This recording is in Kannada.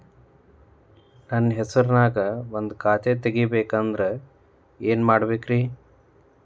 ನನ್ನ ಹೆಸರನ್ಯಾಗ ಒಂದು ಖಾತೆ ತೆಗಿಬೇಕ ಅಂದ್ರ ಏನ್ ಮಾಡಬೇಕ್ರಿ?